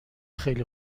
خیلی